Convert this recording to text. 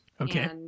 Okay